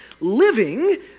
Living